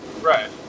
Right